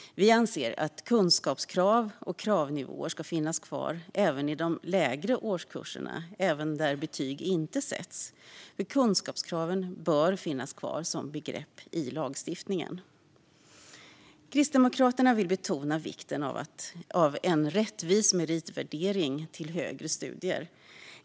Vi anser att kunskapskrav och kravnivåer ska finnas kvar även i de lägre årskurser där betyg inte sätts. Kunskapskrav bör finnas kvar som begrepp i lagstiftningen. Kristdemokraterna vill betona vikten av en rättvis meritvärdering till högre studier.